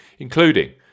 including